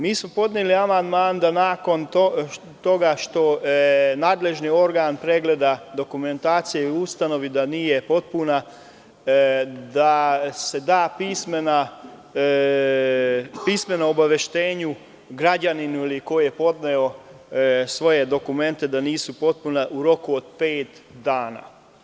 Mi smo podneli amandman nakon toga što nadležni organ pregleda dokumentaciju i ustanovi da nije potpuna da se da pismeno obaveštenje građaninu, koji je podneo svoja dokumenta, da nisu potpuna u roku od pet dana.